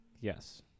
Yes